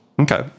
Okay